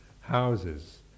houses